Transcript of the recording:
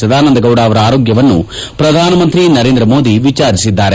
ಸದಾನಂದಗೌಡ ಅವರ ಆರೋಗ್ಯವನ್ನು ಶ್ರಧಾನಿ ನರೇಂದ್ರ ಮೋದಿ ವಿಚಾರಿಸಿದ್ದಾರೆ